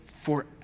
forever